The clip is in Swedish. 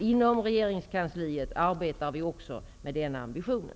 Inom regeringskansliet arbetar vi också med den ambitionen.